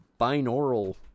binaural